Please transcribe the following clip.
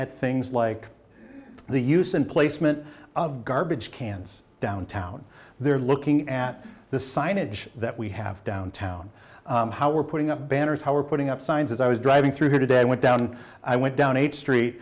at things like the use in placement of garbage cans downtown they're looking at the signage that we have downtown how we're putting up banners how we're putting up signs as i was driving through here today i went down i went down a street